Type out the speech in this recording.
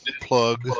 plug